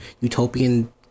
utopian